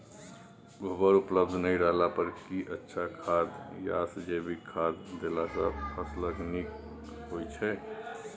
गोबर उपलब्ध नय रहला पर की अच्छा खाद याषजैविक खाद देला सॅ फस ल नीक होय छै?